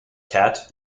cat